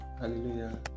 Hallelujah